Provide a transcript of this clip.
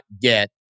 get